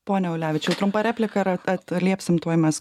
pone ulevičiau trumpa replika ir at atliepsim tuoj mes